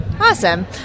Awesome